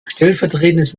stellvertretendes